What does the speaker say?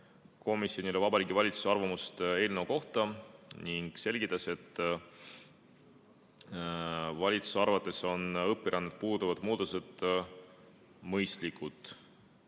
komisjonile Vabariigi Valitsuse arvamust eelnõu kohta ning selgitas, et valitsuse arvates on õpirännet puudutavad muudatused mõistlikud.